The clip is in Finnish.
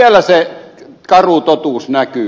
siellä se karu totuus näkyy